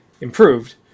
improved